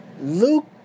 Luke